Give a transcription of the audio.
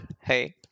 hey